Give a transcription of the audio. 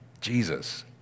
Jesus